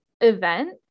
event